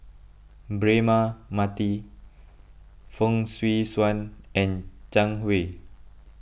Braema Mathi Fong Swee Suan and Zhang Hui